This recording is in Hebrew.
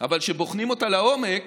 אבל כשבוחנים אותה לעומק